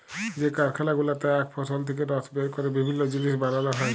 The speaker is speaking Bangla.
যে কারখালা গুলাতে আখ ফসল থেক্যে রস বের ক্যরে বিভিল্য জিলিস বানাল হ্যয়ে